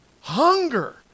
hunger